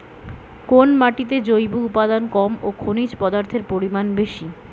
কোন মাটিতে জৈব উপাদান কম ও খনিজ পদার্থের পরিমাণ বেশি?